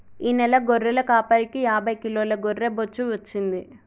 ఈ నెల గొర్రెల కాపరికి యాభై కిలోల గొర్రె బొచ్చు వచ్చింది